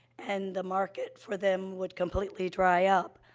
and the market for them would completely dry up.